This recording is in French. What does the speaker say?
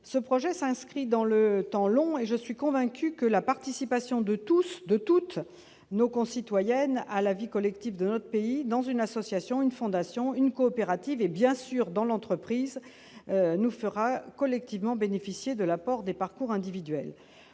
Ce projet s'inscrit dans le temps long et je suis convaincue que la participation de toutes nos concitoyennes à la vie collective de notre pays dans une association, une fondation, une coopérative et, bien sûr, dans l'entreprise, nous fera collectivement bénéficier de l'apport des parcours individuels.